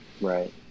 Right